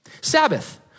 Sabbath